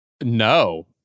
no